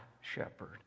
shepherd